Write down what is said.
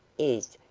is,